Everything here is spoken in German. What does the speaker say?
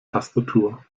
tastatur